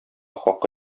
хакы